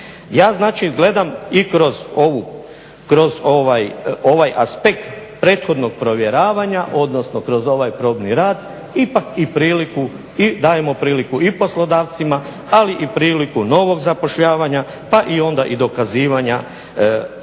gledam i kroz ovaj aspekt prethodnog provjeravanja, odnosno kroz ovaj probni rad ipak i priliku i dajemo priliku i poslodavcima, ali i priliku novog zapošljavanja pa onda i dokazivanja radnika